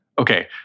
okay